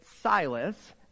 Silas